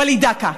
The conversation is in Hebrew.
וליד דקה.